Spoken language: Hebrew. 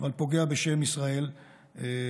אבל פוגע בשם ישראל בעולם.